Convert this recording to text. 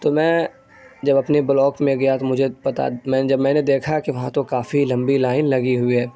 تو میں جب اپنے بلاک میں گیا تو مجھے پتا میں جب میں نے دیکھا کہ وہاں تو کافی لمبی لائن لگی ہوئی ہے